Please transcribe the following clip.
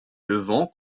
levant